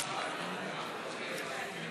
67, אין נמנעים.